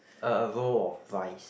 a roll of rice